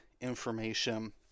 information